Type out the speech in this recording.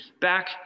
back